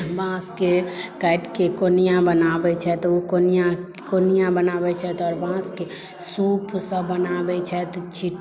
बाँसके काटिके कोनिया बनाबै छथि ओ कोनिया बनाबै छथि आओर बाँसके सूप सभ बनाबै छथि